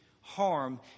harm